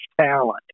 talent